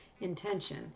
intention